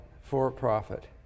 for-profit